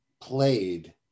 played